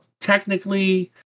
technically